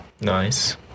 Nice